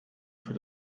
für